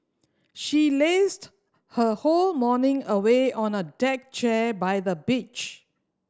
she lazed her whole morning away on a deck chair by the beach